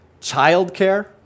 childcare